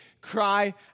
cry